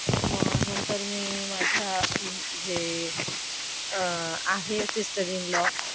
पण नंतर मी माझ्या जे आहे सिस्टर इन लॉ